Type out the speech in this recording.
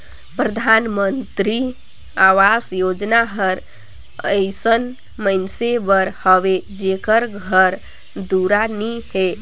परधानमंतरी अवास योजना हर अइसन मइनसे बर हवे जेकर घर दुरा नी हे